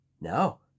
No